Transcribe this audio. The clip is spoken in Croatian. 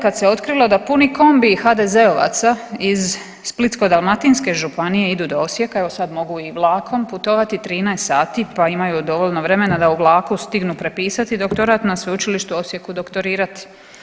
Kad se otkrilo da puni kombi HDZ-ovaca iz Splitsko-dalmatinske županije idu do Osijeka, evo sad mogu i vlakom putovati 13 sati, pa imaju dovoljno vremena da u vlaku stignu prepisati doktorat na Sveučilištu u Osijeku doktorirati.